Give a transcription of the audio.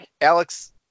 alex